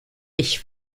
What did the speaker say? ich